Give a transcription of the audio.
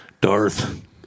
darth